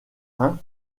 rhin